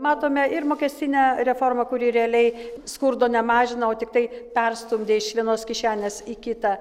matome ir mokestinę reformą kuri realiai skurdo nemažina o tiktai perstumdė iš vienos kišenės į kitą